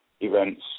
events